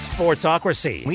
Sportsocracy